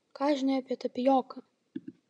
ką žinai apie tapijoką